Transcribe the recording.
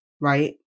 right